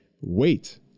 Wait